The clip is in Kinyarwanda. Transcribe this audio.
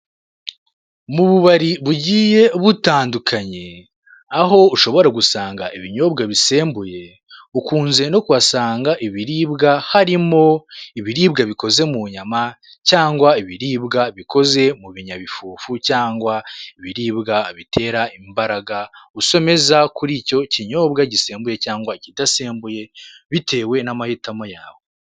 Mu bubari bugiye butandukanye, aho ushobora gusanga ibinyobwa bisembuye, ukunze no kuhasanga ibiribwa harimo ibiribwa bikoze mu nyama, cyangwa ibiribwa bikoze mu binyabifufu, cyangwa ibiribwa bitera imbaraga, usomeza kuri icyo kinyobwa gisembuye cyangwa ikidasembuye bitewe n'amahitamo yawe.